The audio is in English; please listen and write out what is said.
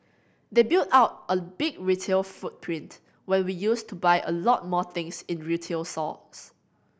they built out a big retail footprint when we used to buy a lot more things in retail sores